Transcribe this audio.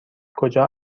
کجا